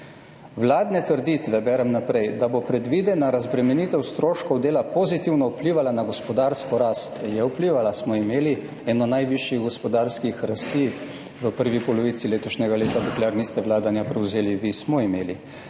naprej, »da bo predvidena razbremenitev stroškov dela pozitivno vplivala na gospodarsko rast«, je vplivala? - smo imeli eno najvišjih gospodarskih rasti v prvi polovici letošnjega leta, dokler niste vladanja prevzeli vi? Smo imeli.